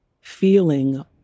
feeling